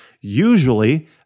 usually